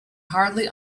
hardly